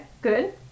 good